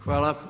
Hvala.